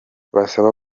basaba